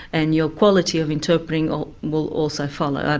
and your quality of interpreting ah will also follow.